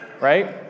right